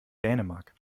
dänemark